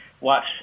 watch